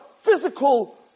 physical